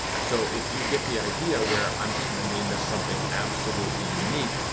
so if you get the idea where i'm just going to name this something absolutely unique,